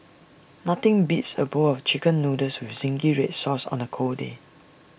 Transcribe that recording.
nothing beats A bowl of Chicken Noodles with Zingy Red Sauce on A cold day